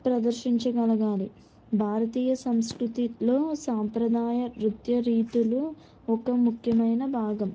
ప్రదర్శించగలగాలి భారతీయ సంస్కృతిలో సాంప్రదాయ నృత్య రీతులు ఒక ముఖ్యమైన భాగం